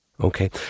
Okay